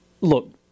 look